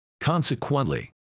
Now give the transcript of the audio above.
Consequently